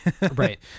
Right